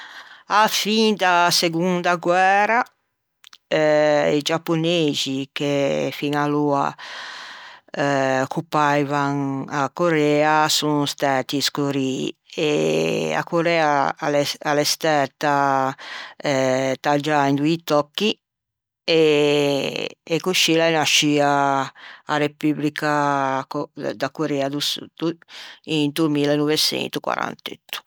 A-a fin da segonda guæra i giaponeixi che fin à aloa occupavan a Corea, son stæti scorrî e a Corea a l'é stæta taggiâ in doî tòcchi e coscì l'é nasciua a Repubrica da Corea do Sud into milleneuveçentoquaranteutto.